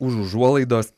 už užuolaidos